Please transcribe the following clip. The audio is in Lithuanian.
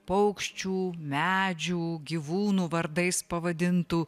paukščių medžių gyvūnų vardais pavadintų